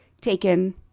taken